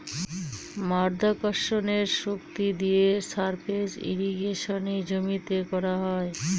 মাধ্যাকর্ষণের শক্তি দিয়ে সারফেস ইর্রিগেশনে জমিতে করা হয়